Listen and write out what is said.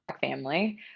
family